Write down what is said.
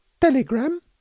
telegram